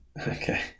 Okay